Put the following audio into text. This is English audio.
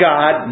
God